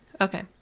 Okay